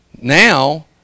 Now